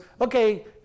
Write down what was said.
okay